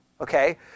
okay